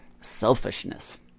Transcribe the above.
selfishness